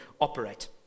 operate